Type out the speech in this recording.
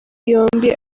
yombi